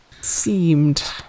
seemed